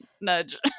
nudge